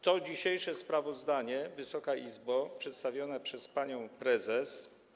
To dzisiejsze sprawozdanie, Wysoka Izbo, przedstawione przez panią prezes.